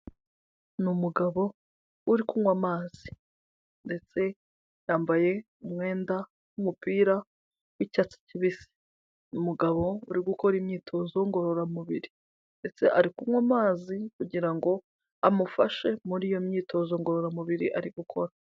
Ni umugabo uri kunywa amazi, ndetse yambaye umwenda w'umupira w'icyatsi kibisi. Ni mugabo uri gukora imyitozo ngororamubiri ndetse ari kunywa amazi kugira ngo amufashe muri iyo myitozo ngororamubiri ari gukora.